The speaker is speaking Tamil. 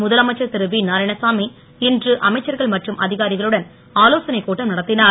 முதலமைச்சர் திரு வி நாராயணசாமி இன்று அமைச்சர்கள் மற்றும் அதிகாரிகளுடன் ஆலோசனை கூட்டம் நடத்தினார்